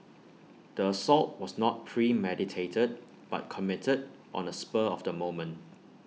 the assault was not premeditated but committed on A spur of the moment